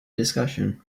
discussion